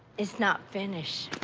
it's not finished.